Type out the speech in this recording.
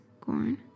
corn